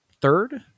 third